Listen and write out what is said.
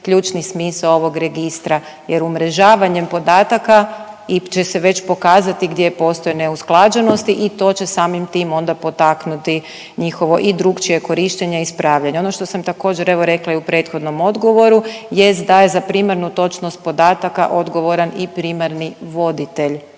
ključni smisao ovog registra jer umrežavanjem podataka će se već pokazati gdje postoje neusklađenosti i to će samim tim onda potaknuti njihovo i drukčije korištenje i ispravljanje. Ono što sam također evo rekla i u prethodnom odgovoru jest da je za primarnu točnost podataka odgovaran i primarni voditelj